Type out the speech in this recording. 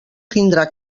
tindrà